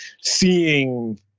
seeing